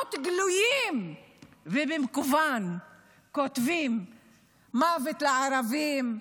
שבשמות גלויים ובמכוון כותבים "מוות לערבים",